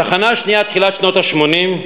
התחנה השנייה, תחילת שנות ה-80.